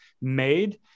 made